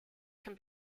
can